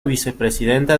vicepresidenta